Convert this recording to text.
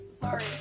Sorry